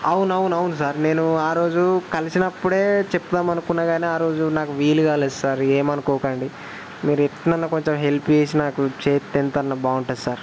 అవును అవును అవును సార్ నేను ఆరోజు కలిసినప్పుడే చెబుదామనుకున్నా కానీ ఆ రోజు నాకు వీలు కాలేదు సార్ ఏమనుకోకండి మీరు ఎట్లైనా కొంచెం హెల్ప్ చేసి నాకు చేస్తే ఎంతన్నా బాగుంటుంది సార్